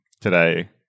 today